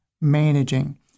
managing